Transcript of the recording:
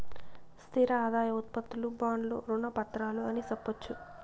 స్థిర ఆదాయం ఉత్పత్తులు బాండ్లు రుణ పత్రాలు అని సెప్పొచ్చు